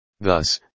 Thus